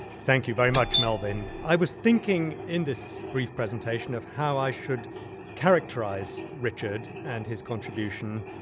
thank you very much, melvyn. i was thinking, in this brief presentation, of how i should characterise richard and his contribution,